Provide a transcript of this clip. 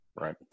Right